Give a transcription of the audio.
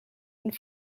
and